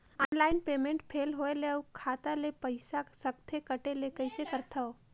Online payment fail होय ले अउ खाता ले पईसा सकथे कटे ले कइसे करथव?